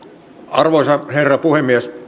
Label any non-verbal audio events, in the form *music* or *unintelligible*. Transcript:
arvoisa herra puhemies *unintelligible*